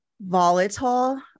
volatile